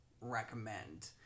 recommend